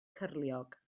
cyrliog